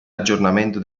aggiornamento